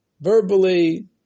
verbally